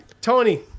tony